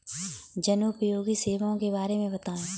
जनोपयोगी सेवाओं के बारे में बताएँ?